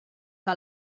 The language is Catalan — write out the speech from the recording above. que